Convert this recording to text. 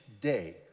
day